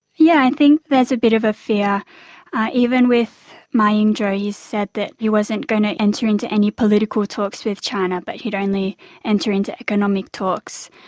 yeah i think there's a bit of a fear even with ma ying-jeou, he said that he wasn't going to enter into any political talks with china but he would only enter into economic talks.